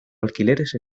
alquileres